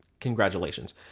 congratulations